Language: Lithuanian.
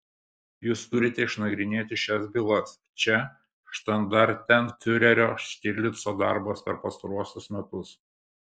jūs turite išnagrinėti šias bylas čia štandartenfiurerio štirlico darbas per pastaruosius metus